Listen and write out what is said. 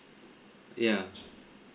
yeah